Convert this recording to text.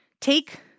take